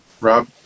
Rob